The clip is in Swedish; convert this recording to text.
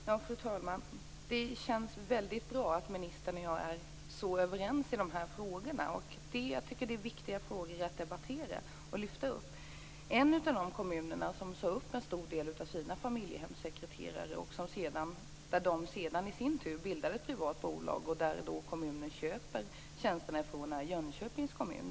Fru talman! Det känns väldigt bra att ministern och jag är så överens i dessa frågor. Jag tycker att det är viktiga frågor att debattera och lyfta fram. En av de kommuner som sade upp en stor del av sina familjehemssekreterare och sedan bildade ett privat bolag, från vilket kommunen köper tjänster, är Jönköpings kommun.